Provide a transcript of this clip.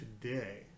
today